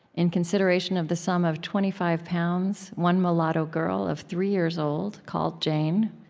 in consideration of the sum of twenty-five pounds, one mulatto girl of three years old, called jane,